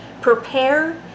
Prepare